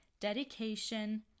dedication